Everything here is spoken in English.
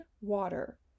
Water